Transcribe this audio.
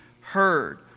heard